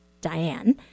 Diane